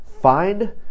Find